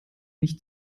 mich